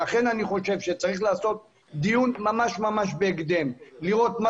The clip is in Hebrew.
לכן צריך לעשות דיון ממש בהקדם כדי לראות מה